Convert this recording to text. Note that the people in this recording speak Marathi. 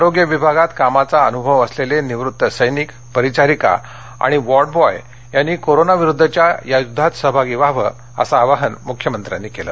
आरोग्य विभागात कामाचा अनुभव असलेले निवृत्त सैनिक परिचारिका आणि वॉर्डबॉय यांनी कोरोना विरुद्धच्या या युध्दात सहभागी व्हावं असं आवाहन मुख्यमंत्र्यांनी केलं